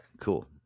cool